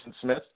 Smith